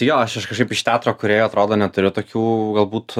jo aš iš kažkaip iš teatro kūrėjų atrodo neturiu tokių galbūt